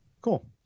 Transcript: cool